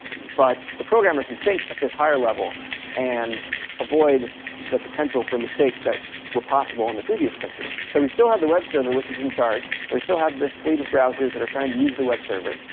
but the programmer can think at this higher level and avoid the potential for mistakes that were possible in and the previous picture. so we still have the web server, which is in charge. and we still have this fleet of browsers that are trying to use the web server.